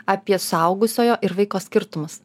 apie suaugusiojo ir vaiko skirtumus